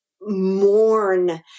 mourn